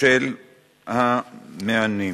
של הנמענים.